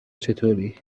چطوری